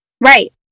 Right